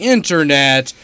Internet